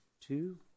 two